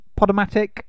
Podomatic